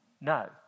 no